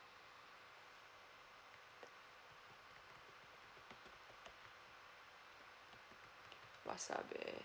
wasabi